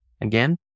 again